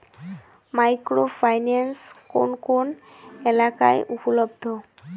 Micro finance কোন কোন এলাকায় উপলব্ধ?